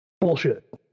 Bullshit